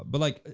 but like,